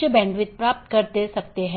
छोटा हिस्सा है